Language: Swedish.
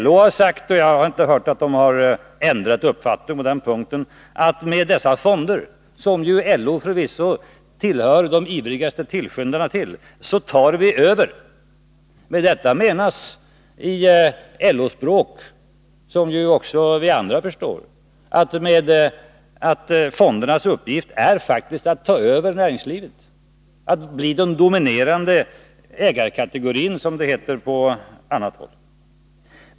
LO har sagt, och jag har inte hört att den har ändrat uppfattning på den punkten, att med dessa fonder — som LO förvisso tillhör de ivrigaste tillskyndarna till — tar vi över. Med detta menas på LO-språk, som också vi andra förstår, att fondernas uppgift faktiskt är att ta över näringslivet, att bli den dominerande ägarkategorin, som det heter på annat håll.